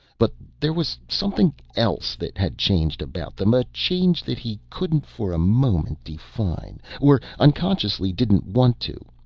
but there was something else that had changed about them a change that he couldn't for a moment define, or unconsciously didn't want to.